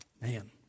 man